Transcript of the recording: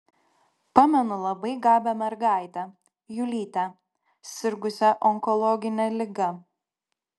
pamenu labai gabią mergaitę julytę sirgusią onkologine liga